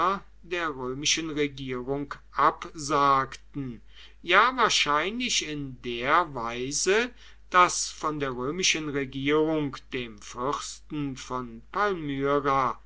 der römischen regierung absagten ja wahrscheinlich in der weise daß das von der römischen regierung dem fürsten von